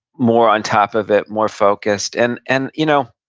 more on top of it, more focused, and and you know